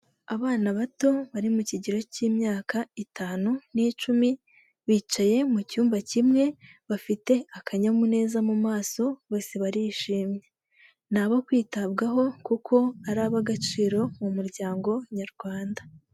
Abana bato bari mu kigero cy'imyaka itanu n'icumi, bicaye mu cyumba kimwe bafite akanyamuneza mu maso, bose barishimye. Ni abo kwitabwaho kuko ari ab'agaciro mu muryango nyarwanda.